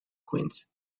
queens